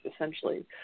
essentially